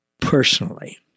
personally